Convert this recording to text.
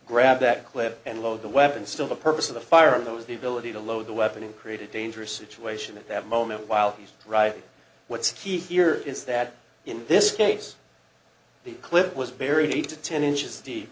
grab that clip and load the weapon still the purpose of the firing those the ability to load the weapon and create a dangerous situation at that moment while he's right what's key here is that in this case the clip was buried eight to ten inches deep